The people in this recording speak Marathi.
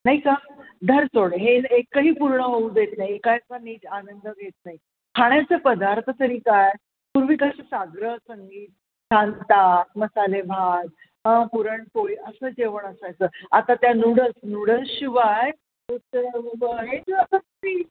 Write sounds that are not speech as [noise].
नाही का धरसोड हे एकही पूर्ण होऊ देत नाही एकाचा नीट आनंद घेत नाही खाण्याचे पदार्थ तरी काय पूर्वी कसं साग्र संगीत [unintelligible] मसाले भात पुरणपोळी असं जेवण असायचं आता त्या नूडल्स नूडल्स शिवाय [unintelligible]